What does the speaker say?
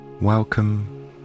Welcome